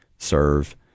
serve